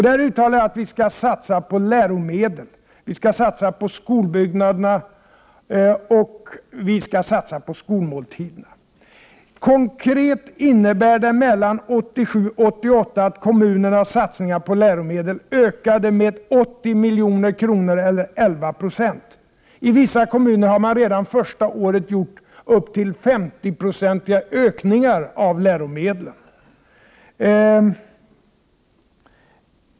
Där uttalade jag att vi skall satsa på läromedel, på skolbyggnader och på skolmåltider. Konkret innebar det att kommunernas satsningar på läromedel mellan 1987 och 1988 ökade med 80 milj.kr. eller 11 96. I vissa kommuner har man redan första året gjort upp till 50-procentiga ökningar på läromedlen.